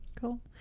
cool